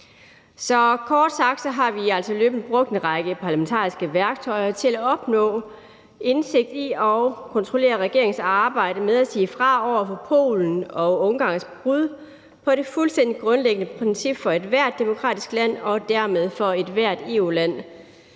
kort sagt har vi altså løbende brugt en række parlamentariske værktøjer til at opnå indsigt i og kontrollere regeringens arbejde med at sige fra over for Polens og Ungarns brud på det fuldstændig grundlæggende princip for ethvert demokratisk land og dermed for ethvert EU-land,